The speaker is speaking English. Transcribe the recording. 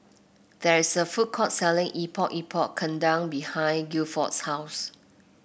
there is a food court selling Epok Epok Kentang behind Gilford's house